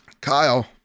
Kyle